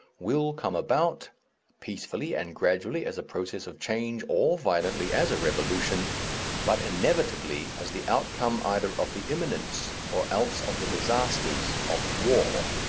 will come about peacefully and gradually as a process of change, or violently as a revolution but inevitably as the outcome either of the imminence or else of the disasters of war.